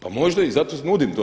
Pa možda i zato nudim to.